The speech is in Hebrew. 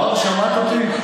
כבר שמעת אותי?